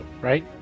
right